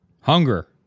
hunger